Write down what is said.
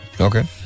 okay